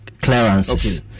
clearances